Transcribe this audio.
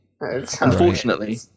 unfortunately